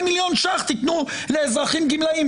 200,000,000 ש"ח תתנו לאזרחים גמלאים.